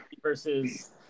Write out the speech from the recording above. versus